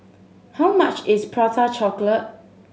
how much is Prata Chocolate